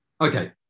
okay